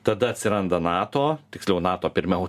tada atsiranda nato tiksliau nato pirmiau